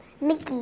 Mickey